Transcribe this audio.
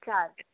चालेल